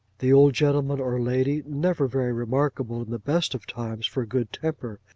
the old gentleman or lady, never very remarkable in the best of times for good temper,